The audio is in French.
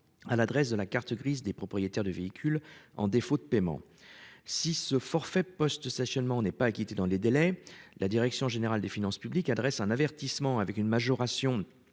à l'adresse de la carte grise des propriétaires de véhicules en défaut de paiement. Si ce forfait de post-stationnement n'est pas acquitté dans les délais, la direction générale des finances publiques (DGFiP) adresse un avertissement avec une majoration